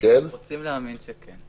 אנחנו רוצים להאמין שכן.